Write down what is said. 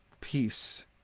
peace